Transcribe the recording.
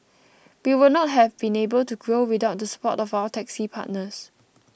we would not have been able to grow without the support of our taxi partners